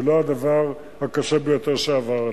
זה לא הדבר הקשה ביותר שעבר עלינו.